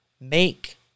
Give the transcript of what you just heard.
make